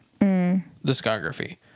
discography